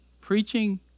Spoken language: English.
preaching